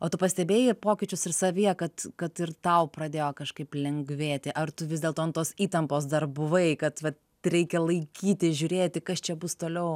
o tu pastebėjai pokyčius ir savyje kad kad ir tau pradėjo kažkaip lengvėti ar tu vis dėlto ant tos įtampos dar buvai kad vat reikia laikyti žiūrėti kas čia bus toliau